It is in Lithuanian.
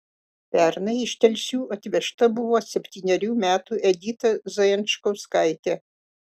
pernai iš telšių atvežta buvo septynerių metų edita zajančauskaitė